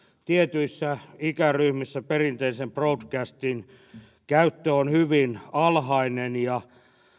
tietyissä ikäryhmissä perinteisen broadcastin käyttöaste on hyvin alhainen ja